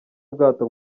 ubwato